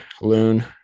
Loon